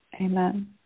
amen